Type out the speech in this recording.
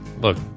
Look